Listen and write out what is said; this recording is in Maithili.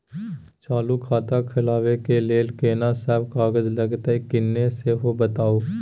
चालू खाता खोलवैबे के लेल केना सब कागज लगतै किन्ने सेहो बताऊ?